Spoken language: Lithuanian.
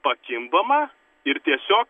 pakimbama ir tiesiog